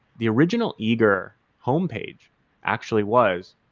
the original eager homepage actually was,